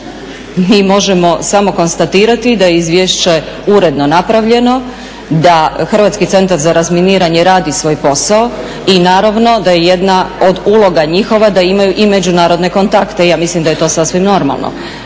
Mi možemo samo konstatirati da je izvješće uredno napravljeno, da Hrvatski centar za razminiranje radi svoj posao i naravno da je jedna od uloga njihova da imaju i međunarodne kontakte. Ja mislim da je to sasvim normalno,